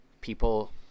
people